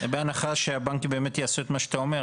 בהנחה שהבנקים באמת יעשו את מה שאתה אומר,